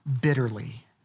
bitterly